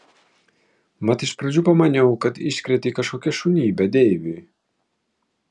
mat iš pradžių pamaniau kad iškrėtei kažkokią šunybę deivui